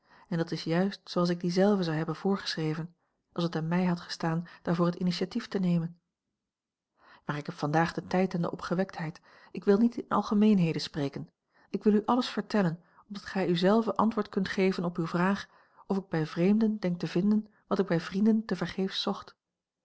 en dat is juist zooals ik die zelve zou hebben voorgeschreven als het aan mij had gestaan daarvoor het initiatief te nemen maar ik heb vandaag den tijd en de opgewektheid ik wil niet in algemeenheden spreken ik wil u alles vertellen opdat gij u zelve antwoord kunt geven op uwe vraag of ik bij vreemden denk te vinden wat ik bij vrienden tevergeefs zocht